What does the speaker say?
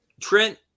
trent